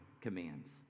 commands